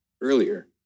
earlier